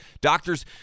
doctors